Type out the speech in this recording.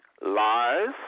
lies